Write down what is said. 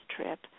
trip